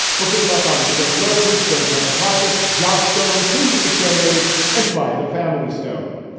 but good luck on the stone roses, stone temple pilots, joss stone, queens of the stone age and sly the family stone.